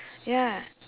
ya